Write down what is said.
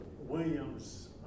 Williams